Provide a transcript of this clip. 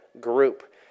group